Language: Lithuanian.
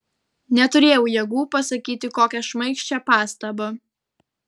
neturėjau jėgų pasakyti kokią šmaikščią pastabą